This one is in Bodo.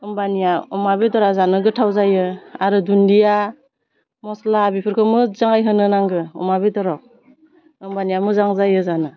होमबानिया अमा बेदरा जानो गोथाव जायो आरो दुन्दिया मस्ला बेफोरखौ मोजाङै होनो नांगौ अमा बेदराव होमबानिया मोजां जायो जानो